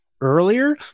earlier